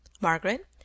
Margaret